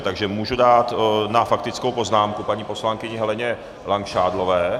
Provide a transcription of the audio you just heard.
Takže můžu dát na faktickou poznámku paní poslankyni Heleně Langšádlové.